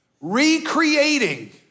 recreating